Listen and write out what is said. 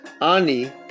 Ani